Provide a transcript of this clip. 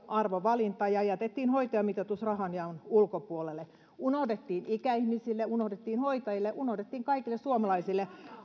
arvovalinta ja jätettiin hoitajamitoitus rahanjaon ulkopuolelle unohdettiin ikäihmisille unohdettiin hoitajille unohdettiin kaikille suomalaisille